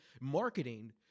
marketing